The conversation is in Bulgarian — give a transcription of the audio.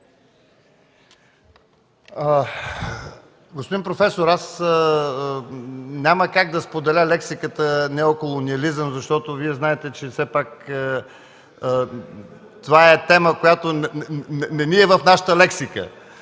Господин професоре, аз няма как да споделя лексиката „неоколониализъм”, защото Вие знаете, че все пак това е тема, която не е в нашата лексика,